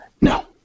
No